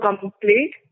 complete